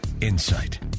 insight